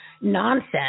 nonsense